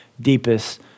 deepest